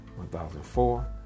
1,004